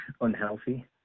unhealthy